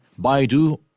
Baidu